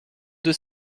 deux